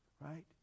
right